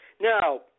Now